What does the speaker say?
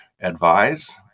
advise